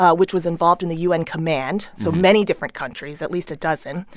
ah which was involved in the u n. command so many different countries, at least a dozen,